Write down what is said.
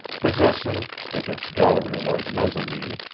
possessing, with its gallery-like mezzanine,